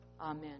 Amen